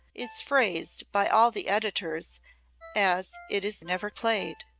is phrased by all the editors as it is never played.